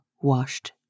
washed